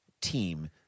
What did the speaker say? team